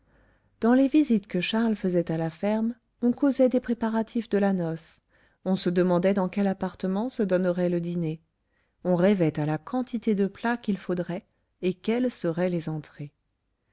dans les visites que charles faisait à la ferme on causait des préparatifs de la noce on se demandait dans quel appartement se donnerait le dîner on rêvait à la quantité de plats qu'il faudrait et quelles seraient les entrées